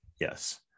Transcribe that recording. Yes